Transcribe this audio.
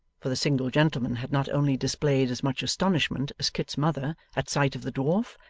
for the single gentleman had not only displayed as much astonishment as kit's mother at sight of the dwarf,